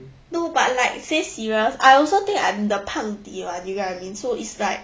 no but like say serious I also think I'm the 胖底 one you get what I mean so it's like